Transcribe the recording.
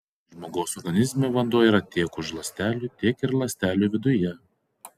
žmogaus organizme vanduo yra tiek už ląstelių tiek ir ląstelių viduje